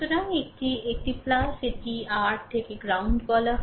সুতরাং এটি একটি এটিই r একে গ্রাউন্ড বলা হয়